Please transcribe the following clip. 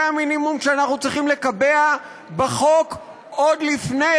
זה המינימום שאנחנו צריכים לקבע בחוק עוד לפני,